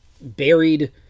buried